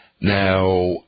Now